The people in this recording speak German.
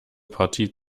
partie